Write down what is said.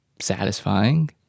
satisfying